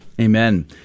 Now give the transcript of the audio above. Amen